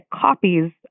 copies